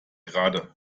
gerade